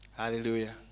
Hallelujah